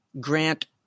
Grant